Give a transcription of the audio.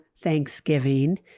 Thanksgiving